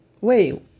Wait